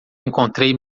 encontrei